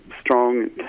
strong